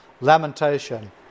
lamentation